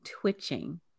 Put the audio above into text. twitching